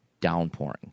downpouring